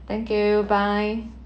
thank you bye